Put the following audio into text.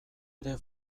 ere